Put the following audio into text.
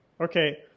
okay